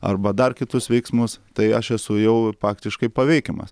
arba dar kitus veiksmus tai aš esu jau paktiškai paveikiamas